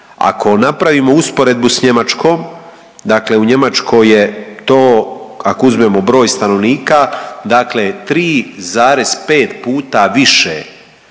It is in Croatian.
Ako napravimo usporedbu s Njemačkom dakle u Njemačkoj je to ako uzmemo broj stanovnika dakle 3,5 puta više